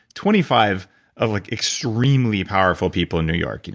twenty five of like extremely powerful people in new york. and